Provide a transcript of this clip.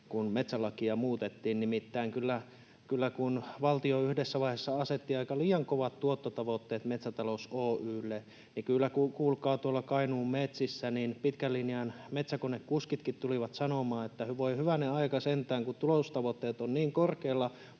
kun metsälakia muutettiin. Nimittäin kyllä kun valtio yhdessä vaiheessa asetti aika liian kovat tuottotavoitteet Metsätalous Oy:lle, niin kuulkaa tuolla Kainuun metsissä pitkän linjan metsäkonekuskitkin tulivat sanomaan, että voi hyvänen aika sentään, kun tulostavoitteet ovat niin korkealla